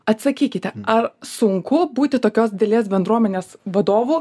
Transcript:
atsakykite ar sunku būti tokios didelės bendruomenės vadovu